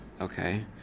okay